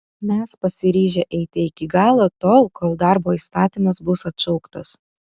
mes pasiryžę eiti iki galo tol kol darbo įstatymas bus atšauktas